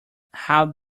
how